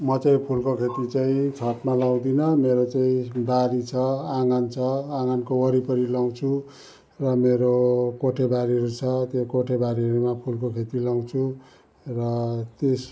म चाहिँ फुलको खेती चाहिँ छतमा लगाउँदिनँ मेरो चाहिँ बारी छ आँगन छ आँगनको वरिपरि लगाउँछु र मेरो कोठेबारीहरू छ त्यो कोठेबारीहरूमा फुलको खेती लगाउँछु र त्यस